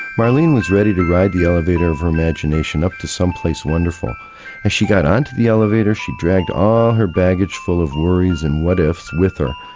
marlene was ready to ride the elevator of her imagination up to some place wonderful. as she got onto the elevator she dragged all her baggage full of worries and what ifs with her.